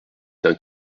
d’un